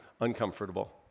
uncomfortable